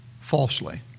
falsely